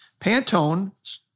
Pantone